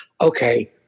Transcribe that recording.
okay